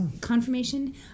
confirmation